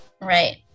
right